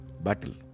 battle